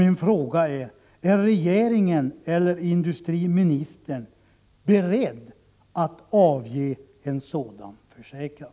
Min fråga är: Är regeringen eller industriministern beredd att lämna en sådan försäkran?